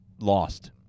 lost